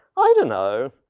i don't know,